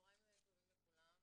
צהריים טובים לכולם.